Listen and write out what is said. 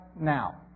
now